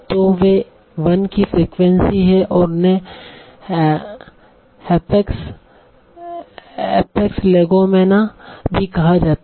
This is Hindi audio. तो वे 1 की फ्रीक्वेंसी हैं और उन्हें हैप्पीक्स लेगोमेना भी कहा जाता है